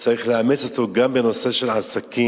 צריך לאמץ אותו גם בנושא של עסקים.